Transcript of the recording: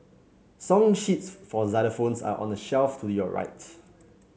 song sheets for xylophones are on the shelf to your right